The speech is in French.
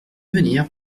venir